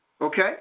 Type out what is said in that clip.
Okay